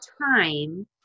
time